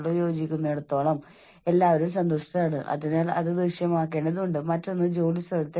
ഒരു മനഃശാസ്ത്ര വിദ്യാർത്ഥി എന്ന നിലയിൽ വ്യക്തിപരമായ അനുഭവത്തിൽ നിന്നാണ് ഞാൻ ഇത് നിങ്ങളോട് പറയുന്നത്